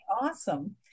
awesome